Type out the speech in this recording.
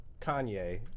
Kanye